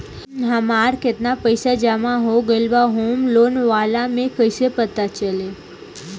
हमार केतना पईसा जमा हो गएल बा होम लोन वाला मे कइसे पता चली?